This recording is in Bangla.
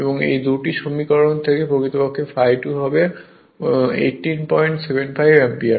এই 2 টি সমীকরণ থেকে প্রকৃতপক্ষে ∅2 হবে 1875 অ্যাম্পিয়ার